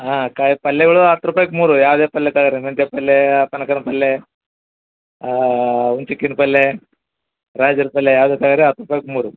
ಹಾಂ ಕಾಯಿ ಪಲ್ಲೆಗಳು ಹತ್ತು ರೂಪಾಯ್ಗ್ ಮೂರು ಯಾವುದೇ ಪಲ್ಲೆ ತಗಳಿ ಮೆಂತೆ ಪಲ್ಲೆ ಪನಕನ ಪಲ್ಲೆ ಉನ್ಸಿಕ್ಕಿನ ಪಲ್ಲೆ ರಾಜ್ರ ಪಲ್ಲೆ ಯಾವುದೇ ತಗಳಿ ಹತ್ತು ರೂಪಾಯ್ಗೆ ಮೂರು